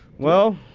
well,